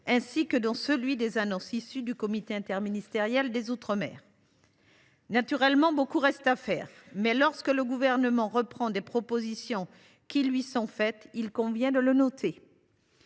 ainsi que dans celui des annonces issues du comité interministériel des outre mer. Naturellement, beaucoup reste à faire ; mais, lorsque le Gouvernement reprend à son compte des propositions qui lui sont faites, il convient de le noter.